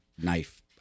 knife